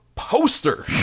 Poster